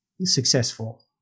successful